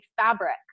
fabric